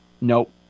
Nope